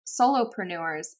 solopreneurs